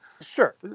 Sure